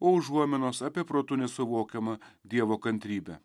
o užuominos apie protu nesuvokiamą dievo kantrybę